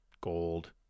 gold